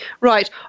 Right